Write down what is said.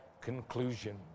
conclusion